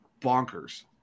bonkers